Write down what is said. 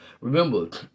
Remember